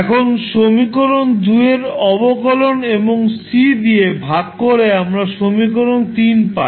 এখন সমীকরণ এর অবকলন এবং C দিয়ে ভাগ করে আমরা সমীকরণ পাই